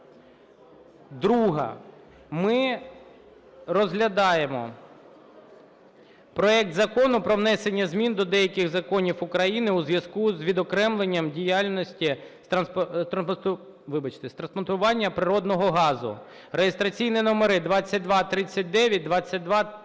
Друга. Ми розглядаємо проект Закону про внесення змін до деяких законів України у зв'язку з відокремленням діяльності з транспортування природного газу (реєстраційні номери 2239, 2239-1)